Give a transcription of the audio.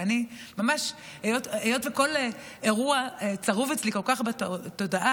היות שכל אירוע צרוב אצלי כל כך בתודעה